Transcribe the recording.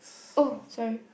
oh sorry